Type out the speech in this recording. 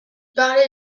parlait